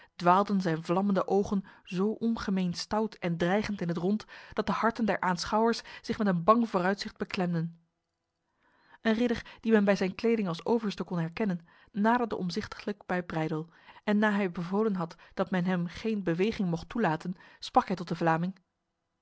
dwaalden zijn vlammende ogen zo ongemeen stout en dreigend in het rond dat de harten der aanschouwers zich met een bang vooruitzicht beklemden een ridder die men bij zijn kleding als overste kon herkennen naderde omzichtiglijk bij breydel en na hij bevolen had dat men hem geen beweging mocht toelaten sprak hij tot de vlaming